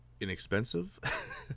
inexpensive